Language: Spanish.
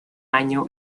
año